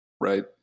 right